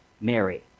Mary